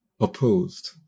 opposed